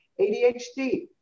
ADHD